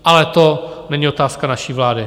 Ale to není otázka naší vlády.